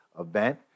event